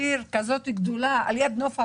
עיר כזאת גדולה על יד נוף הגליל,